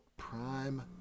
prime